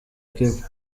kivu